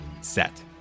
set